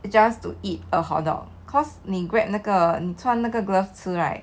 it just to eat a hotdog cause 你 grab 那个你穿那个 glove 吃 right